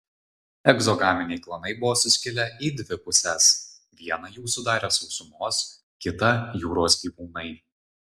egzogaminiai klanai buvo suskilę į dvi puses vieną jų sudarė sausumos kitą jūros gyvūnai